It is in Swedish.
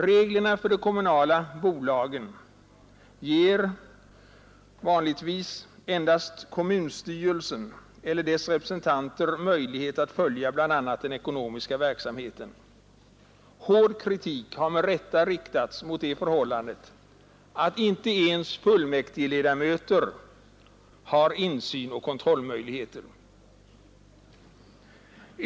Reglerna för de kommunala bolagen ger vanligtvis endast kommunstyrelsen eller dess representanter möjlighet att följa bland annat den ekonomiska verksamheten. Hård kritik har med rätta riktats mot det förhållandet att inte ens fullmäktigeledamöter har insyn och kontrollmöjligheter.